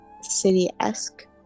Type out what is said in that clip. city-esque